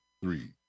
three